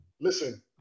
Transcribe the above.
listen –